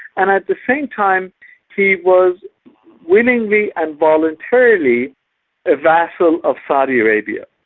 and at the same time he was willingly and voluntarily a vassal of saudi arabia.